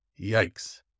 Yikes